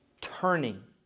turning